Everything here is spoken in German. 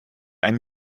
ein